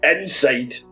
Inside